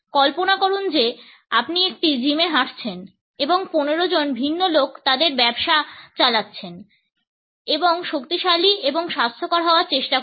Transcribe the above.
কল্পনা করুন যে আপনি একটি জিমে হাঁটছেন এবং 15 জন ভিন্ন লোক তাদের ব্যবসা চালাচ্ছেন এবং শক্তিশালী এবং স্বাস্থ্যকর হওয়ার চেষ্টা করছেন